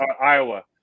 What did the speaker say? Iowa